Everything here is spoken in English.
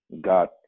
God